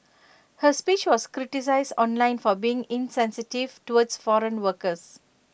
her speech was criticised online for being insensitive towards foreign workers